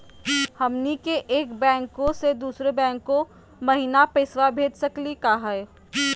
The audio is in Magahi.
हमनी के एक बैंको स दुसरो बैंको महिना पैसवा भेज सकली का हो?